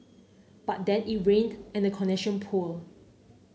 but then it rained and the connection poor